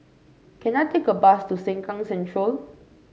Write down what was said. can I take a bus to Sengkang Central